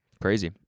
crazy